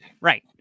Right